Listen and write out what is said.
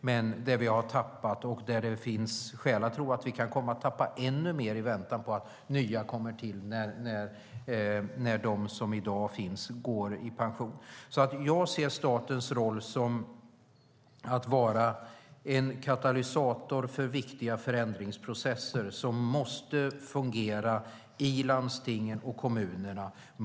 Där har vi dock tappat, och det finns skäl att tro att vi kan komma att tappa ännu mer i väntan på att nya kommer till när de som i dag finns går i pension. Jag ser alltså statens roll som att vara en katalysator för viktiga förändringsprocesser som måste fungera i landstingen och kommunerna.